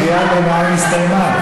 קריאת הביניים הסתיימה.